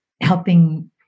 helping